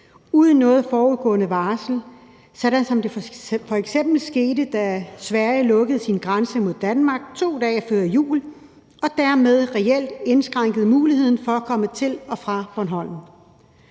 uden noget forudgående varsel, sådan som det f.eks. skete, da Sverige lukkede sin grænse mod Danmark 2 dage før jul og dermed reelt indskrænkede muligheden for at komme til og fra Bornholm.